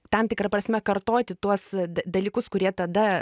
tam tikra prasme kartoti tuos da dalykus kurie tada